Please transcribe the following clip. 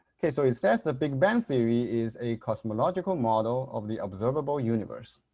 okay, so it says the big bang theory is a cosmological model of the observable universe.